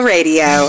Radio